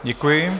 Děkuji.